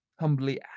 Humbly